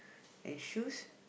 and shoes